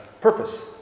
purpose